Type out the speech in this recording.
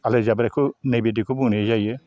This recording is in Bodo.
आलाइजाब्रेखौ नै बिदिखौ बुंनाय जायो